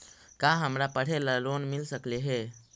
का हमरा पढ़े ल लोन मिल सकले हे?